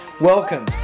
Welcome